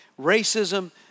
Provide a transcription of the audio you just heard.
racism